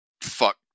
fuck